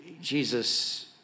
Jesus